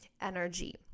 energy